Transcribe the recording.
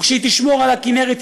וכשהיא תשמור על הכינרת,